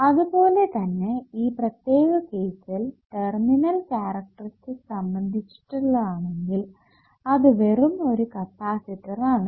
അത് പോലെത്തന്നെ ഈ പ്രത്യേക കേസിൽ ടെർമിനൽ കാരക്ടറിസ്റ്റിക്സ് സംബന്ധിച്ചിട്ടുള്ളതാണെങ്കിൽ അത് വെറും ഒരു കപ്പാസിറ്റർ ആണ്